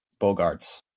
Bogarts